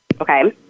okay